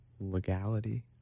legality